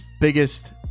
biggest